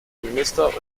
minister